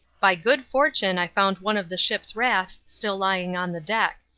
by good fortune i found one of the ship's rafts still lying on the deck.